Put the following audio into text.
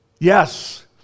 Yes